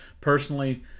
personally